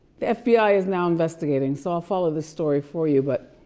the fbi is now investigating, so i'll follow the story for you, but